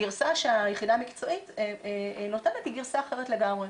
הגרסה שהיחידה המקצועית נותנת היא גרסה אחרת לגמרי.